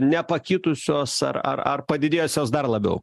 nepakitusios ar ar ar padidėjusios dar labiau